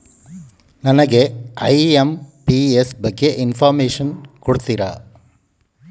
ನನಗೆ ಐ.ಎಂ.ಪಿ.ಎಸ್ ಬಗ್ಗೆ ಇನ್ಫೋರ್ಮೇಷನ್ ಕೊಡುತ್ತೀರಾ?